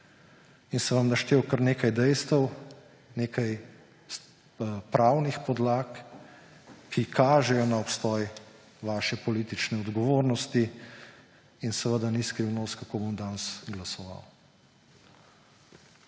In sem vam naštel kar nekaj dejstev, nekaj pravnih podlag, ki kažejo na obstoj vaše politične odgovornosti. In seveda ni skrivnost, kako bom danes glasoval.